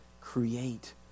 create